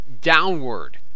downward